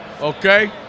Okay